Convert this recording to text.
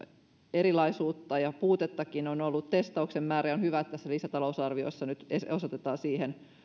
erilaisuutta ja puutettakin on ollut testauksen määrä ja on hyvä että tässä lisätalousarviossa nyt osoitetaan siihen